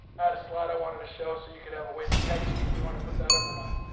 had a slide i wanted to show, so you could have a way to text. do you want to put that up or not?